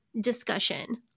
discussion